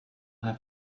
have